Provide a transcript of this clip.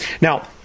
Now